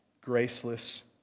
graceless